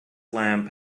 lamp